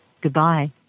Goodbye